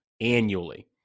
annually